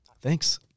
thanks